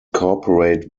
corporate